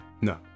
No